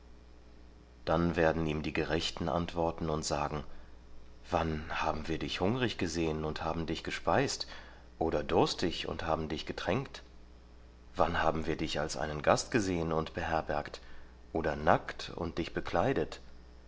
dann werden ihm die gerechten antworten und sagen wann haben wir dich hungrig gesehen und haben dich gespeist oder durstig und haben dich getränkt wann haben wir dich als einen gast gesehen und beherbergt oder nackt und dich bekleidet